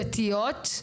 דתיות.